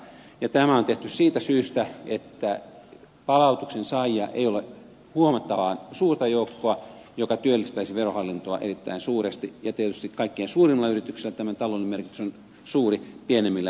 tämä on tehty siitä syystä että palautuksen saajia ei ole huomattavan suurta joukkoa joka työllistäisi verohallintoa erittäin suuresti ja tietysti kaikkein suurimmalla yrityksellä tämän taloudellinen merkitys on suuri pienemmillä yrityksillä pienempi